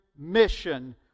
mission